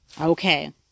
Okay